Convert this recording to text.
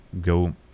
go